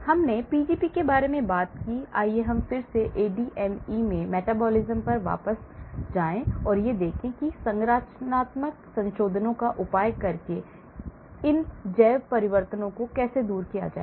इसलिए हमने Pgp के बारे में बात की आइए हम फिर से ADME में metabolisms पर वापस जाएं और देखते हैं कि संरचनात्मक संशोधनों का उपयोग करके इन जैव परिवर्तनों को कैसे दूर किया जाए